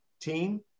team